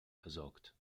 versorgt